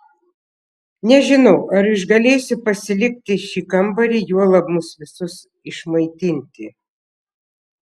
nežinau ar išgalėsiu pasilikti šį kambarį juolab mus visus išmaitinti